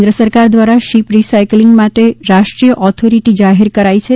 કેન્દ્ર સરકાર દ્વારા શિપ રિસાયકલીંગ માટે રાષ્ટ્રીય ઓથોરિટી જાહેર કરાઈ છે